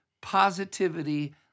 positivity